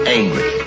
angry